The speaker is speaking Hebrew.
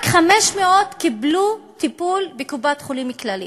רק 500 קיבלו טיפול בקופת-חולים כללית.